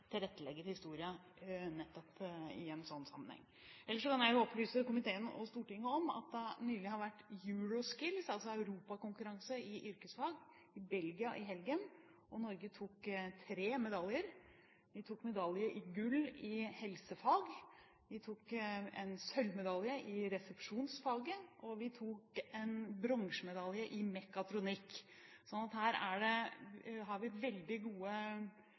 nettopp i en slik sammenheng. Ellers kan jeg jo opplyse komiteen og Stortinget om at det nylig har vært EuroSkills, altså europakonkurranse i yrkesfag, i Belgia i helgen, og Norge tok tre medaljer. Vi tok gull i helsefag, vi tok en sølvmedalje i resepsjonsfaget, og vi tok en bronsemedalje i mekatronikk. Her har vi veldig gode